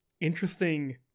interesting